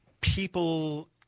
People